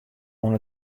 oan